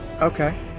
Okay